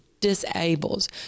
disables